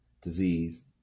disease